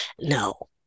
no